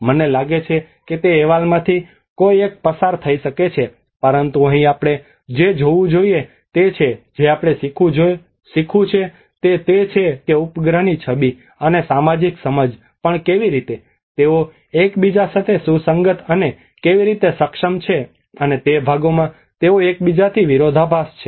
મને લાગે છે કે તે અહેવાલમાંથી કોઈ એક પસાર થઈ શકે છે પરંતુ અહીં આપણે જે જોવું જોઈએ તે છે જે આપણે શીખવું છે તે તે છે કે ઉપગ્રહની છબી અને સામાજિક સમજ પણ કેવી રીતે તેઓ એકબીજા સાથે સુસંગત અને કેવી રીતે સક્ષમ છે અને તે ભાગોમાં તેઓ એકબીજા સાથે વિરોધાભાસ છે